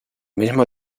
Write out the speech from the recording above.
mismo